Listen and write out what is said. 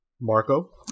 marco